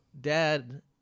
dad